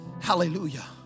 Hallelujah